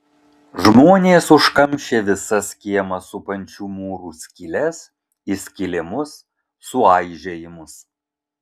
žmonės užkamšė visas kiemą supančių mūrų skyles įskilimus suaižėjimus